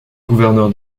gouverneur